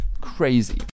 Crazy